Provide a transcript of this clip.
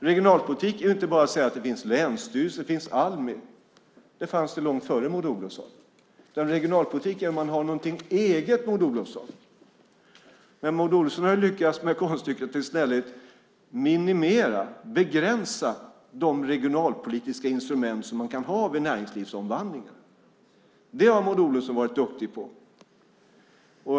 Regionalpolitik är inte bara att säga att det finns länsstyrelser och Almi. Det fanns det långt före Maud Olofsson. Regionalpolitik är om man har något eget, Maud Olofsson. Maud Olofsson har lyckats med konststycket att i stället minimera och begränsa de regionalpolitiska instrument man kan ha vid näringslivomvandlingar. Det har Maud Olofsson varit duktig på.